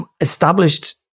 established